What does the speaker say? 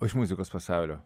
o iš muzikos pasaulio